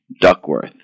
Duckworth